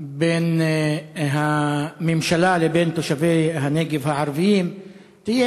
בין הממשלה לבין תושבי הנגב הערבים תהיה